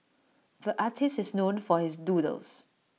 the artist is known for his doodles